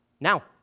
Now